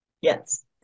Yes